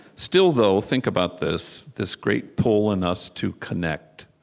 still, though, think about this, this great pull in us to connect.